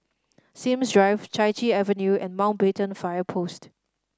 Sims Drive Chai Chee Avenue and Mountbatten Fire Post